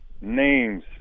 Names